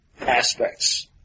Aspects